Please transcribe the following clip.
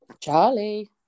Charlie